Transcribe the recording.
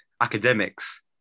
academics